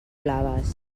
blaves